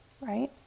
right